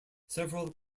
several